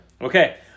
Okay